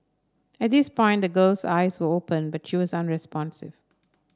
at this point the girl's eyes were open but she was unresponsive